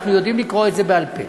אנחנו יודעים לקרוא את זה בעל-פה.